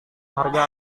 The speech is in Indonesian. harga